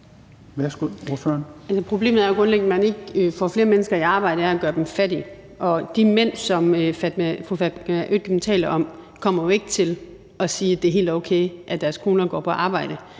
Problemet er jo grundlæggende, at man ikke får flere mennesker i arbejde af at gøre dem fattige. Og de mænd, som fru Fatma Øktem taler om, kommer jo ikke til at sige, er det er helt okay, at deres koner går på arbejde,